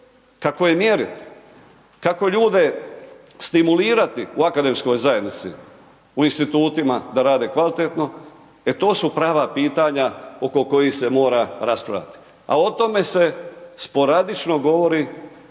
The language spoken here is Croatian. Kako je mjeriti? Kako ljude stimulirati u akademskoj zajednici, u institutima da rade kvalitetno? E to su prava pitanja oko kojih se mora raspravljati. A o tome sporadično govori